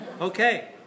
Okay